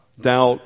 doubt